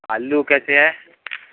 आलू कैसे हैं